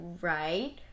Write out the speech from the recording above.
right